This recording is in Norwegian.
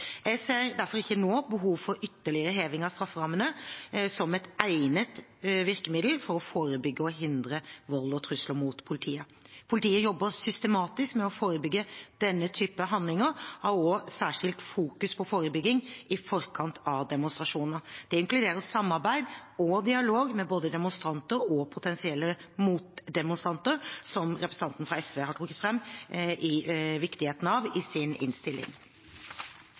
Jeg ser derfor ikke nå behov for ytterligere heving av strafferammene som et egnet virkemiddel for å forebygge og hindre vold og trusler mot politiet. Politiet jobber systematisk med å forebygge denne type handlinger og har også særskilt fokus på forebygging i forkant av demonstrasjoner. Det inkluderer samarbeid og dialog med både demonstranter og potensielle motdemonstranter, som representanten fra SV har trukket fram viktigheten av i